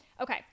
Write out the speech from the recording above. Okay